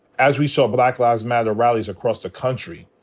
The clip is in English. as we saw black lives matter rallies across the country,